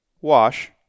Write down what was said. Wash